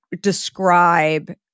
describe